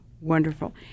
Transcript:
Wonderful